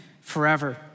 forever